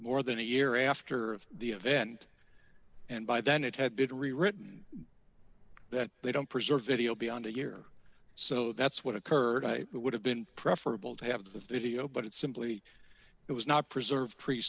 more than a year after the event and by then it had been rewritten that they don't preserve video beyond a year so that's what occurred i would have been preferable to have the video but it simply it was not preserved pr